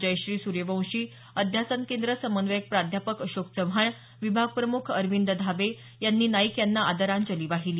जयश्री सूर्यवंशी अध्यासन केंद्र समन्वयक प्राध्यापक अशोक चव्हाण विभागप्रमुख अरविंद धाबे यांनी नाईक यांना आदरांजली वाहिली